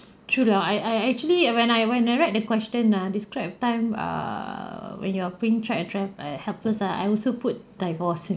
true lah I I actually uh when I when I read the question ah describe a time err when you're being trap~ uh trap~ err helpless ah I also put divorcing